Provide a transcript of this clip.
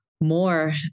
more